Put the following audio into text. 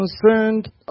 concerned